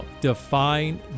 Define